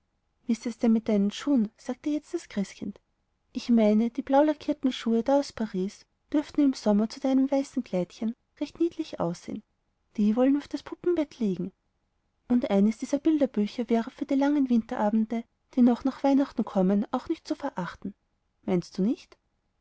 ist es denn mit deinen schuhen sagte jetzt das christkind ich meine die blaulackierten schuhe da aus paris dürften im sommer zu deinem weißen kleidchen recht niedlich aussehen die wollen wir auf das puppenbett legen und eines dieser bilderbücher wäre für die langen winterabende die noch nach weihnachten kommen auch nicht zu verachten meinst du nicht